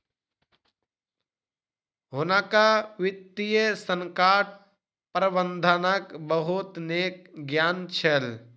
हुनका वित्तीय संकट प्रबंधनक बहुत नीक ज्ञान छल